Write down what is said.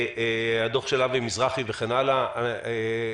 הדוח של אבי מזרחי וכן הלאה.